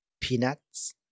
peanuts